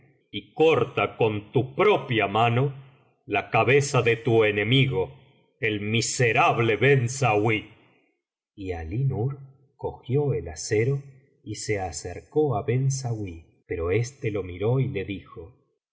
y corta con tu propia mano la cabeza de tu enemigo el miserable ben sauí y alí nur cogió el acero y se acercó á ben sauí pero éste lo miró y le dijo